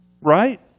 Right